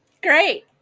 Great